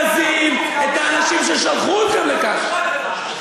אתם מבזים את האנשים ששלחו אתכם לכאן.